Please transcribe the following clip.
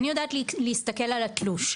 אני יודעת להסתכל על התלוש.